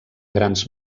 grans